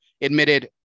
admitted